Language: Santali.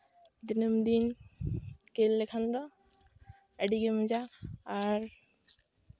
ᱫᱤᱱᱟᱹᱢ ᱫᱤᱱ ᱠᱷᱮᱞ ᱞᱮᱠᱷᱟᱱ ᱫᱚ ᱟᱹᱰᱤᱜᱮ ᱢᱚᱡᱟ ᱟᱨ